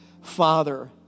Father